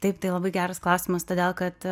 taip tai labai geras klausimas todėl kad